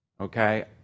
Okay